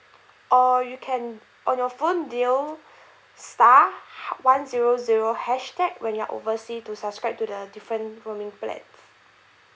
or you can on your phone dial star one zero zero hashtag when you're oversea to subscribe to the different roaming plan